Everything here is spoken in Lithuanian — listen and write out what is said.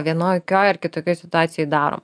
vienokioj ar kitokioj situacijoj darom